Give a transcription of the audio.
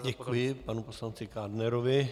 Děkuji panu poslanci Kádnerovi.